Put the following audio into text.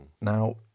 Now